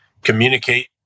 communicate